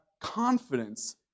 confidence